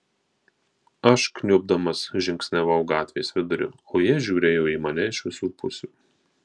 aš kniubdamas žingsniavau gatvės viduriu o jie žiūrėjo į mane iš visų pusių